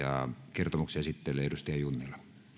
kertomuksen esittelee edustaja junnila